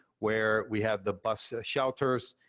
where we have the bus shelters,